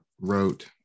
wrote